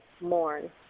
mourn